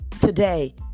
today